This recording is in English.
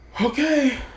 Okay